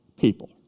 people